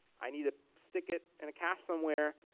i need to stick it in a cache somewhere.